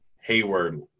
hayward